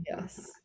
Yes